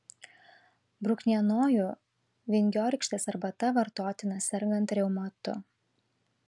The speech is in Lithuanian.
bruknienojų vingiorykštės arbata vartotina sergant reumatu